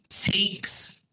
takes